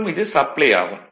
மற்றும் இது சப்ளை ஆகும்